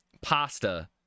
pasta